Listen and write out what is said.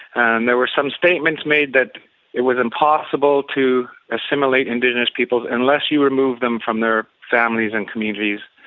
and there were some statements made that it was impossible to assimilate indigenous people unless you remove them from their families and communities.